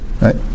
right